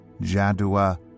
Jadua